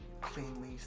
cleanly